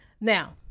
now